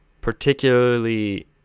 particularly